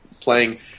playing